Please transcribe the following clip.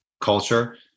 culture